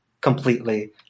completely